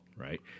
right